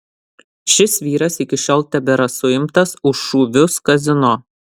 šis vyras iki šiol tebėra suimtas už šūvius kazino